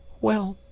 well,